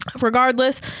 Regardless